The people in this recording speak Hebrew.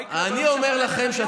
אני אומר לכם,